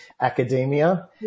academia